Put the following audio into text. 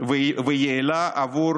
ויעילה בעבור